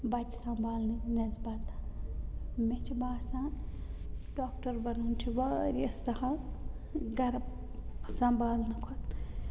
پچہِ سنٛبالنہٕ نٮ۪صبط مےٚ چھِ باسان ڈاکٹر بَنُن چھِ واریاہ سَہل گَرٕ سمنٛبالنہٕ کھۄتہٕ